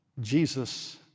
Jesus